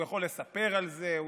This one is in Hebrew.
הוא יכול לספר על זה,